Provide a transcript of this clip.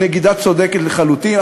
הנגידה צודקת לחלוטין,